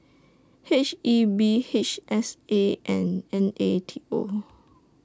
H E B H S A and N A T O